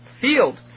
field